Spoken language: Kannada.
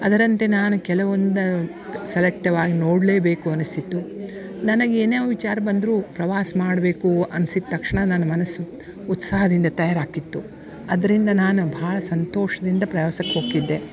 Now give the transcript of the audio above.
ಅದರಂತೆ ನಾನು ಕೆಲವೊಂದ ಸೆಲೆಕ್ಟಿವಾಗಿ ನೋಡಲೇ ಬೇಕು ಅನಿಸ್ತಿತ್ತು ನನಗೆ ಏನೇ ವಿಚಾರ ಬಂದರೂ ಪ್ರವಾಸ ಮಾಡಬೇಕೂ ಅನ್ಸಿದ ತಕ್ಷಣ ನನ್ನ ಮನಸ್ಸು ಉತ್ಸಾಹದಿಂದ ತಯಾರು ಆಗ್ತಿತ್ತು ಅದರಿಂದ ನಾನು ಭಾಳ ಸಂತೋಷದಿಂದ ಪ್ರಯಾಸಕ್ಕೆ ಹೋಗ್ತಿದ್ದೆ